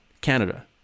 Canada